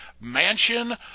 mansion